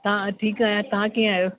तव्हां ठीकु आहियां तव्हां कीअं आहियो